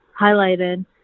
highlighted